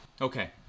Okay